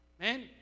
Amen